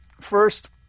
First